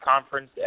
conference